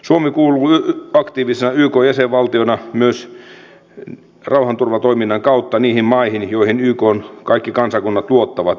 suomi kuuluu aktiivisena ykn jäsenvaltiona myös rauhanturvatoiminnan kautta niihin maihin joihin ykn kaikki kansakunnat luottavat